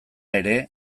ere